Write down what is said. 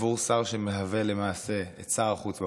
עבור שר שמהווה למעשה שר החוץ בפועל,